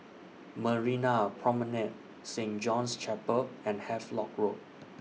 Marina Promenade Saint John's Chapel and Havelock Road